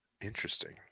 Interesting